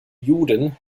juden